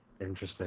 Interesting